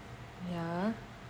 ya